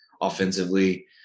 offensively